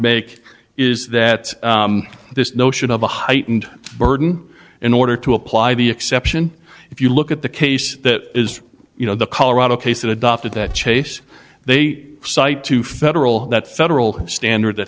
make is that this notion of a heightened burden in order to apply the exception if you look at the case that is you know the colorado case that adopted that chase they cite to federal that federal standard that